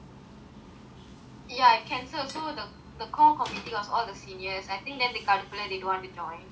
ya if cancel so the the core committee was all the seniors I think then கடுப்புல:kaduppula they all don't want to join